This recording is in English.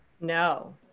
no